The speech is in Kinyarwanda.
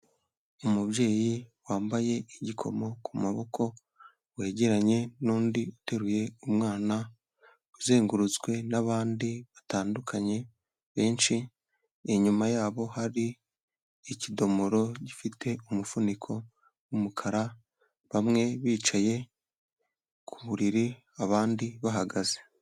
Umubyeyi wambaye igikomo ku maboko, wegeranye n’undi uteruye umwana, uzengurutswe n’abandi batandukanye benshi, inyuma yabo hari ikidomoro gifite umufuniko w’umukara, bamwe bicaye ku buriri abandi bahagaze.